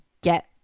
get